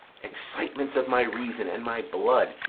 excitements of my reason and my blood,